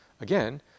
again